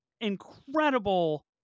incredible